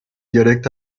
dialectes